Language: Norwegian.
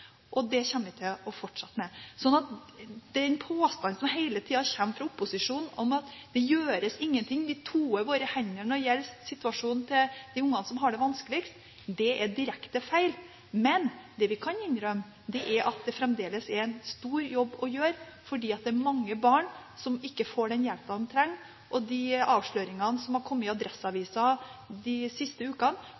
og dette kommer vi til å fortsette med. Så den påstanden som hele tiden kommer fra opposisjonen, om at det gjøres ingenting, og at vi toer våre hender når det gjelder situasjonen til de ungene som har det vanskeligst, er direkte feil. Men det vi kan innrømme, er at det fremdeles er en stor jobb å gjøre fordi det er mange barn som ikke får den hjelpen de trenger. De avsløringene som har kommet i